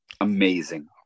Amazing